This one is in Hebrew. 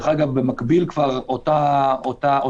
דרך אגב, במקביל אותו מוצר